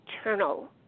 eternal